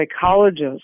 psychologists